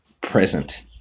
present